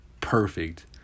perfect